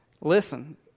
Listen